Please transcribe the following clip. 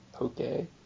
Okay